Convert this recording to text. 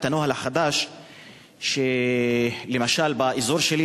את הנוהל החדש שלמשל באזור שלי,